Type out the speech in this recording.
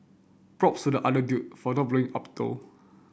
props to the other dude for not blowing up though